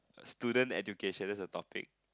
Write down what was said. student education that's the topic